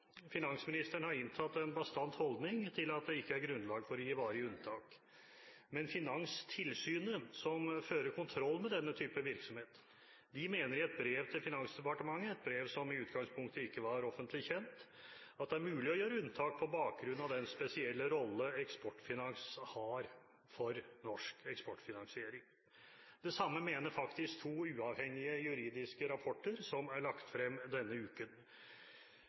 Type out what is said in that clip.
Finansministeren har inntatt en bastant holdning til at det ikke er grunnlag for å gi varige unntak. Men Finanstilsynet, som fører kontroll med denne type virksomhet, mener i et brev til Finansdepartementet – et brev som i utgangspunktet ikke var offentlig kjent – at det er mulig å gjøre unntak på bakgrunn av den spesielle rollen Eksportfinans har for norsk eksportfinansiering. Det samme mener faktisk to uavhengige juridiske rapporter som er lagt frem denne uken.